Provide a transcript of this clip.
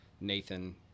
Nathan